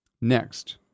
Next